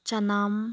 ꯆꯅꯝ